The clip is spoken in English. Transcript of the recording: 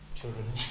children